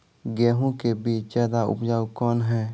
गेहूँ के बीज ज्यादा उपजाऊ कौन है?